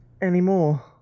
anymore